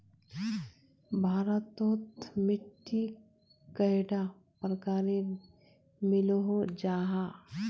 भारत तोत मिट्टी कैडा प्रकारेर मिलोहो जाहा?